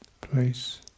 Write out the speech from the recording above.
place